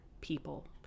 people